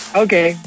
okay